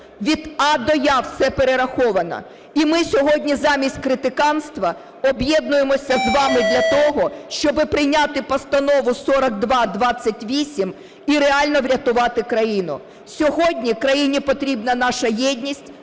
від А до Я все перераховано. І ми сьогодні, замість критиканства, об'єднуємося з вами для того, щоб прийняти Постанову 4228 і реально врятувати країну. Сьогодні країні потрібна наша єдність,